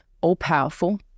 all-powerful